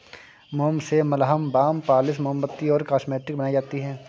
मोम से मलहम, बाम, पॉलिश, मोमबत्ती और कॉस्मेटिक्स बनाई जाती है